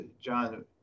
John